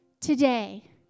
today